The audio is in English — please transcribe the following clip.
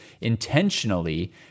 intentionally